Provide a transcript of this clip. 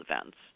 events